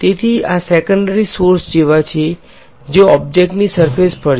તેથી આ secondary source જેવા છે જે ઑબ્જેક્ટની સર્ફેસ પર છે